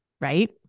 Right